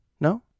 No